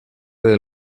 del